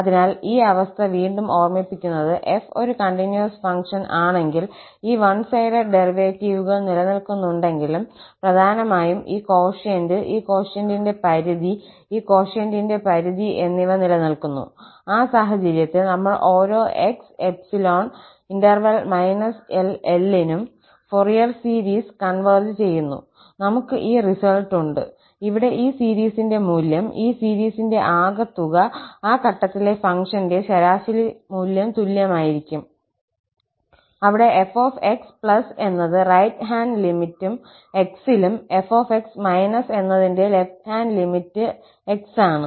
അതിനാൽ ഈ അവസ്ഥ വീണ്ടും ഓർമ്മിപ്പിക്കുന്നത് 𝑓 ഒരു കണ്ടിന്യൂസ് ഫംഗ്ഷൻ ആണെങ്കിൽ ഈ വൺ സൈഡെഡ് ഡെറിവേറ്റീവുകൾ നിലനിൽക്കുന്നുണ്ടെങ്കിലും പ്രധാനമായും ഈ കോഷ്യന്റ് ഈ കോഷ്യന്റിന്റെ പരിധി ഈ കോഷ്യന്റിന്റെ പരിധി എന്നിവ നിലനിൽക്കുന്നു ആ സാഹചര്യത്തിൽ നമ്മൾ ഓരോ x∈ −𝐿 𝐿നും ഫൊറിയർ സീരീസ് കോൺവെർജ് ചെയ്യുന്നു നമ്മൾക്ക് ഈ റിസൾട്ട് ഉണ്ട് ഇവിടെ ഈ സീരീസിന്റെ മൂല്യം ഈ സീരീസിന്റെ ആകെത്തുക ആ ഘട്ടത്തിലെ ഫംഗ്ഷന്റെ ശരാശരി മൂല്യം തുല്യമായിരിക്കും അവിടെ 𝑓𝑥 എന്നത് റൈറ്റ് ഹാൻഡ് ലിമിറ്റ xലും 𝑓𝑥− എന്നതിന്റെ ലെഫ്റ്റ ഹാൻഡ് ലിമിറ്റ x ആണ്